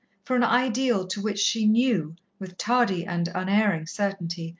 for an ideal to which she knew, with tardy and unerring certainty,